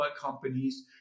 companies